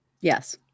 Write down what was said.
Yes